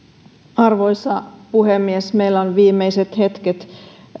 arvoisa puhemies meillä on viimeiset hetket